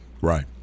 Right